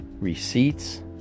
receipts